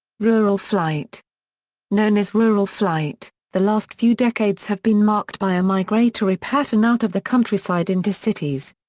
rural flight known as rural flight, the last few decades have been marked by a migratory pattern out of the countryside into cities.